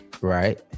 Right